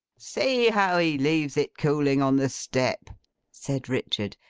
see how he leaves it cooling on the step said richard.